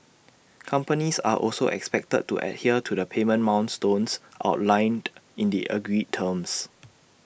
companies are also expected to adhere to the payment milestones outlined in the agreed terms